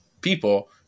people